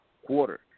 Quarter